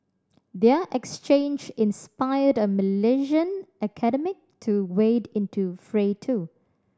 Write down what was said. their exchange inspired a Malaysian academic to wade into fray too